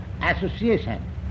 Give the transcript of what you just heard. association